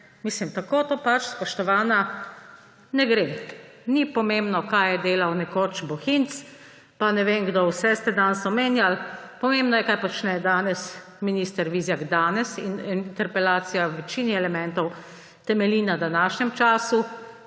ali ne? Tako to, spoštovana, pač ne gre. Ni pomembno, kaj je nekoč delal Bohinc, pa ne vem, koga vse ste danes omenjali, pomembno je, kaj počne danes minister Vizjak. Danes. In interpelacija v večini elementov temelji na današnjem času.